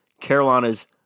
Carolina's